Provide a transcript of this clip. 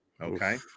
Okay